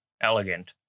Elegant